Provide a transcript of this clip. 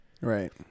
Right